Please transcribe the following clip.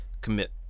Commit